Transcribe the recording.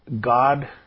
God